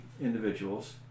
individuals